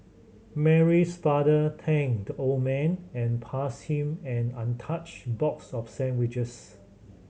Mary's father thanked the old man and passed him an untouched box of sandwiches